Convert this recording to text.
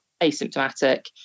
asymptomatic